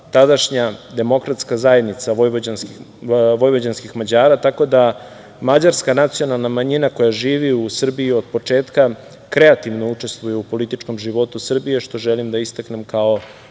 tadašnja Demokratska zajednica vojvođanskih Mađara, tako da mađarska nacionalna manjina koja živi u Srbiji od početka kreativno učestvuje u političkom životu Srbije, što želim da istaknem kao